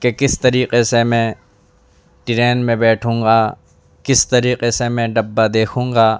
کہ کس طریقے سے میں ٹرین میں بیٹھوں گا کس طریقے سے میں ڈبہ دیکھوں گا